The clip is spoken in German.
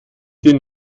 den